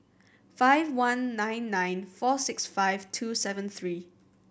five one nine nine four six five two seven three